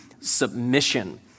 submission